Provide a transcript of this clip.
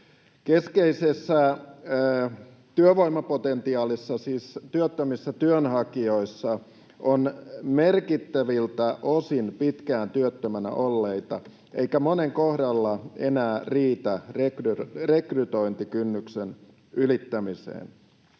Keskeisessä työvoimapotentiaalissa, siis työttömissä työnhakijoissa, on merkittäviltä osin pitkään työttömänä olleita, eikä monen kohdalla enää onnistu rekrytointikynnyksen ylittäminen.